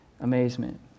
amazement